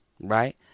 right